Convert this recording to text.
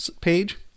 page